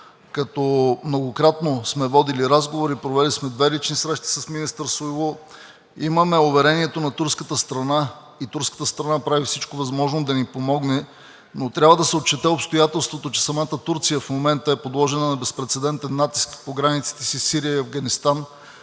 като многократно сме водили разговори, провели сме две лични срещи с министър Сойлу и имаме уверението на турската страна, че се прави всичко възможно да ни помогне. Но трябва да се отчете обстоятелството, че самата Турция в момента е подложена на безпрецедентен натиск по границите си със Сирия и Афганистан